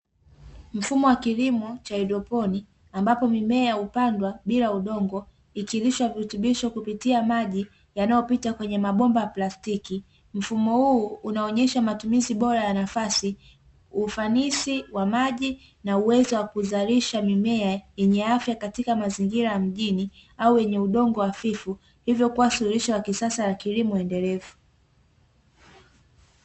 Mfumo wa kilimo cha haidroponi ambapo mimea hupandwa bila udongo ikilishwa virutubisho kupitia maji yanayopita kwenye mabomba ya plastiki. Mfumo huu unaonyesha matumizi bora ya nafasi, ufanisi wa maji na uwezo wa kuzalisha mimea yenye afya katika mazingira ya mjini au yenye udongo hafifu, hivyo kuwa suluhisho la kisasa la kilimo endelevu.